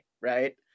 right